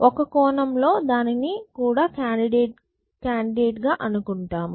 ఒక కోణం లో దాన్ని కూడా కాండిడేట్ గా అనుకుంటాము